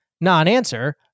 non-answer